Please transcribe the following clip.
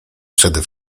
przede